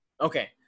Okay